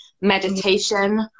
Meditation